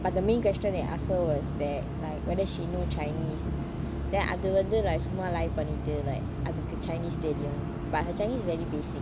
the main question they ask her was that like whether she know chinese then அது வந்து சும்மா பங்கிட்டு அதுக்கு:athu vanthu summa panitu athuku chinese தெரியும்:teriyum but her chinese very basic